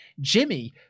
jimmy